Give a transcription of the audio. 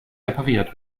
repariert